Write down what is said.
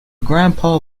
grandpa